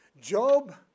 Job